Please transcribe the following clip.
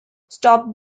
stopped